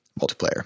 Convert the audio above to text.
multiplayer